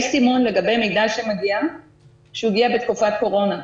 יש סימון לגבי מידע שמגיע שהוא הגיע בתקופת קורונה.